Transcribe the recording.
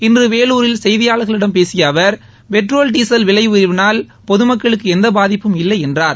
இன்று வேலூரில் செய்தியாளர்களிடம் பேசிய அவர் பெட்ரோல் டீசல் விலை உயர்வினால் பொதுமக்களுக்கு எந்த பாதிப்பும் இல்லை என்றார்